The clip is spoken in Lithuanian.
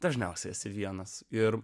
dažniausiai esi vienas ir